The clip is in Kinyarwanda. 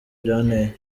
byanteye